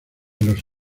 los